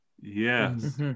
Yes